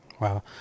Wow